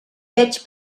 veig